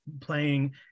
playing